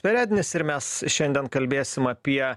perednis ir mes šiandien kalbėsim apie